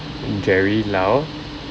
jerry lao